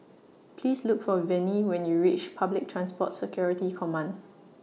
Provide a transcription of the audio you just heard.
Please Look For Venie when YOU REACH Public Transport Security Command